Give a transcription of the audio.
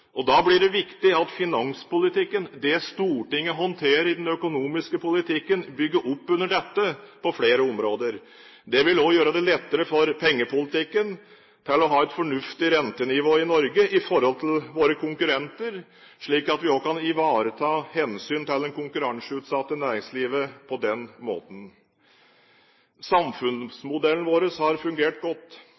framover. Da blir det viktig at finanspolitikken, det Stortinget håndterer i den økonomiske politikken, bygger opp under dette på flere områder. Det vil også gjøre det lettere med hensyn til pengepolitikken å ha et fornuftig rentenivå i Norge i forhold til våre konkurrenter, slik at vi kan ivareta hensynet til det konkurranseutsatte næringslivet også på den måten. Samfunnsmodellen vår har fungert godt.